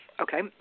Okay